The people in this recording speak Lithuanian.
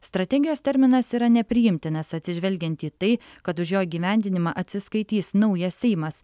strategijos terminas yra nepriimtinas atsižvelgiant į tai kad už jo įgyvendinimą atsiskaitys naujas seimas